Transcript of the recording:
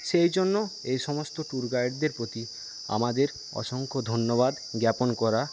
সেইজন্য এই সমস্ত ট্যুর গাইডদের প্রতি আমাদের অসংখ্য ধন্যবাদ জ্ঞাপন করা